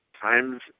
times